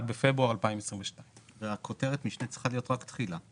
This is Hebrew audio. בפברואר 2022). כותרת המשנה צריכה להיות רק תחילה.